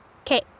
Okay